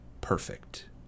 Perfect